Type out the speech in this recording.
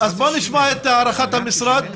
בואו נשמע את הערכת המשרד.